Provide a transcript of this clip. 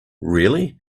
really